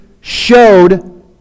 showed